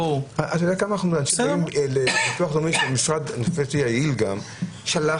אתה יודע כמה ביטוח לאומי שלדעתי הוא משרד יעיל שלחנו,